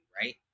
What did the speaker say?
right